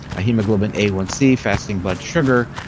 hemoglobin a one c, fasting blood sugar,